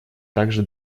также